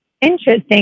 Interesting